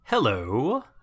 Hello